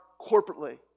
corporately